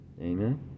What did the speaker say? Amen